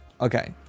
okay